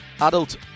adult